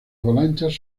avalanchas